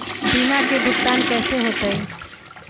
बीमा के भुगतान कैसे होतइ?